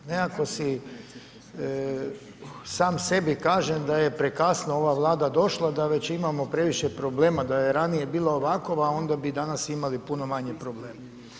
Nekako si sam sebi kažem, da je prekasno ova vlada došla da već imamo previše problema, da je ranije bilo ovako, onda bi danas imali puno manje problema.